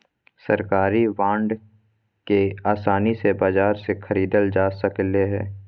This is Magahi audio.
सरकारी बांड के आसानी से बाजार से ख़रीदल जा सकले हें